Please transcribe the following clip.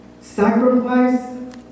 sacrifice